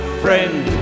friend